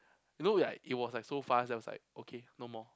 you know like it was like so fast then I was like okay no more